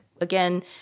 again